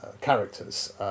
characters